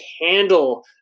handle